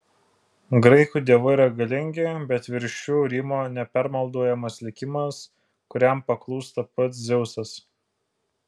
graikų dievai yra galingi bet virš jų rymo nepermaldaujamas likimas kuriam paklūsta pats dzeusas